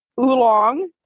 oolong